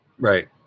Right